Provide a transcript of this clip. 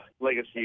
legacy